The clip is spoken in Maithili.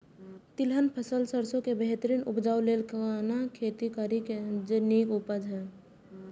तिलहन फसल सरसों के बेहतरीन उपजाऊ लेल केना खेती करी जे नीक उपज हिय?